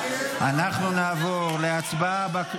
מה יהיה ------ אנחנו נעבור להצבעה.